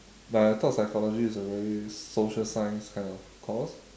like I thought psychology is a very social science kind of course